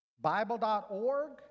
bible.org